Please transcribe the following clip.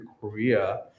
Korea